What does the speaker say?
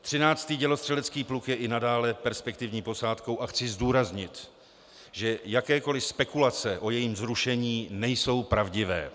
Třináctý dělostřelecký pluk je i nadále perspektivní posádkou a chci zdůraznit, že jakékoliv spekulace o jejím zrušení nejsou pravdivé.